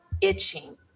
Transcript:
itching